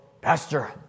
pastor